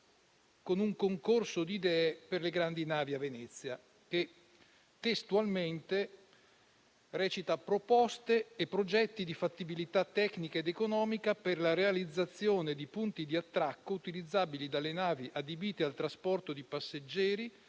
un concorso di idee per le grandi navi a Venezia, che testualmente fa riferimento a: «proposte» e «progetti di fattibilità tecnica ed economica relativi alla realizzazione (...) di punti di attracco (...) utilizzabili dalle navi adibite al trasporto passeggeri